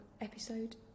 episode